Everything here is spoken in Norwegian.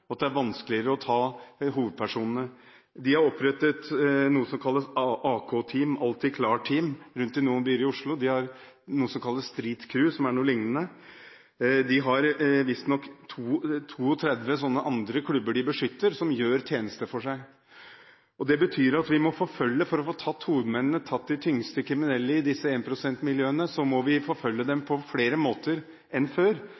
– og det er vanskeligere å ta hovedpersonene. De har opprettet noe som kalles AK-team – alltid klar-team – rundt i noen byer i Norge. De har noe som kalles «Street Crew», som er noe lignende. De har visstnok 32 andre klubber som de beskytter, som gjør tjeneste for dem. Det betyr at vi, for å få tatt hovedmennene – tatt de tyngste kriminelle i disse énprosentmiljøene – må forfølge dem på flere måter enn før.